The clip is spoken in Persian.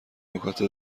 نکات